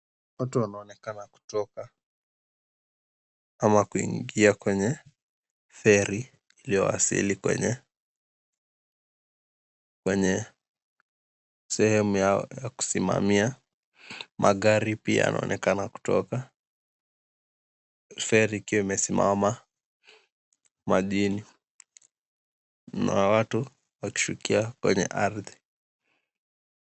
Watu wanonekana kutoka ama kuingia kwenye feri iliyowasili kwenye, kwenye sehemu yao ya kusimamia. Magari pia yanaonekana kutoka, feri ikiwa imesimama majini, na watu wakishukia kwenye ardhi